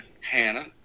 Hannah